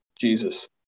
Jesus